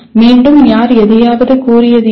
மீண்டும் யார் எதையாவது கூறியது யார்